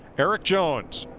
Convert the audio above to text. eric jones.